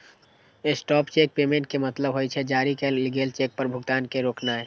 stop cheque payment के मतलब होइ छै, जारी कैल गेल चेक पर भुगतान के रोकनाय